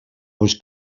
was